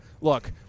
Look